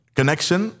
connection